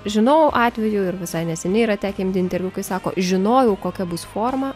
žinau atvejų ir visai neseniai yra tekę imti interviu kai sako žinojau kokia bus forma